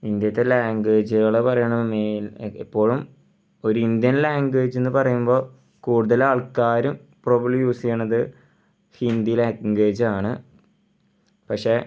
ഇന്ത്യയിലത്തെ ലാംഗ്വേജുകൾ പറയണം എന്നുണ്ടെങ്കിൽ എപ്പോഴും ഒരു ഇന്ത്യൻ ലാംഗ്വേജെന്ന് പറയുമ്പോൾ കൂടുതൽ ആൾക്കാരും പ്രൊബബ്ലി യൂസ് ചെയ്യുന്നത് ഹിന്ദി ലാംഗ്വേജാണ് പക്ഷേ